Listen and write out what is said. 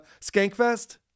Skankfest